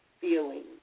feelings